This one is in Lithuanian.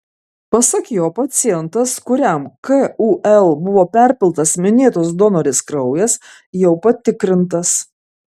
pasak jo pacientas kuriam kul buvo perpiltas minėtos donorės kraujas jau patikrintas